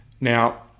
Now